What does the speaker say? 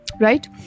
right